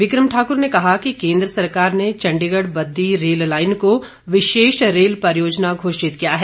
बिक्रम ठाक्र ने कहा कि केंद्र सरकार ने चंडीगढ़ बद्दी रेल लाइन को विशेष रेल परियोजना घोषित किया है